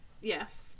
Yes